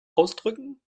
ausdrücken